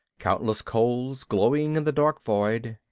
countless coals glowing in the dark void.